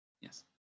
Yes